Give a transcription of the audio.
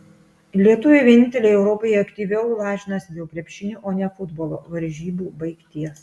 lietuviai vieninteliai europoje aktyviau lažinasi dėl krepšinio o ne futbolo varžybų baigties